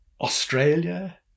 Australia